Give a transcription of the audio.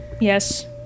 Yes